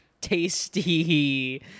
tasty